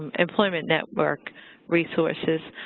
and employment network resources,